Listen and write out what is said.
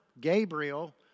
Gabriel